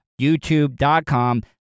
youtube.com